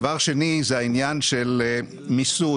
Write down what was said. דבר שני זה העניין של מיסוי.